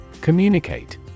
Communicate